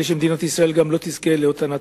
וחבל שמדינת ישראל לא תזכה לאותן הטבות.